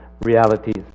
realities